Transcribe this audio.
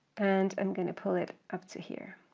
and i'm going to pull it up to here.